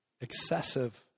excessive